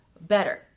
better